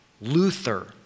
Luther